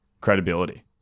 credibility